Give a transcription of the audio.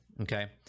Okay